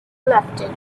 left